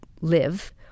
live